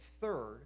third